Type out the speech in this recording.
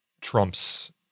Trump's